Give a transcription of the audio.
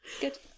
Good